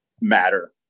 matter